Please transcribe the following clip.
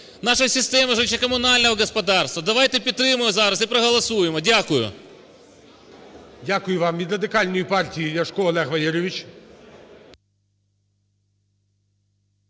нашої системи житлово-комунального господарства. Давайте підтримуємо зараз і проголосуємо. Дякую. ГОЛОВУЮЧИЙ. Дякую вам. Від Радикальної партії Ляшко Олег Валерійович.